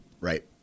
right